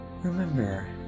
remember